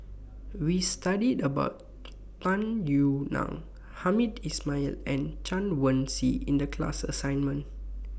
We studied about Tung Yue Nang Hamed Ismail and Chen Wen Hsi in The class assignment